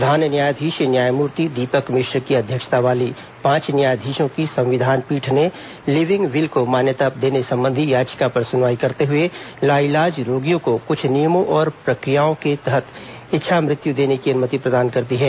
प्रधान न्यायाधीश न्यायमूर्ति दीपक मिश्र की अध्यक्षता वाली पांच न्यायाधीशों की संविधान पीठ ने लिविंग विल को मान्यता देने संबंधी याचिका पर सुनवाई करते हुए लाइलाज रोगियों को कुछ नियमों और प्रक्रियाओं के तहत इच्छा मृत्यू देने की अनुमति प्रदान कर दी है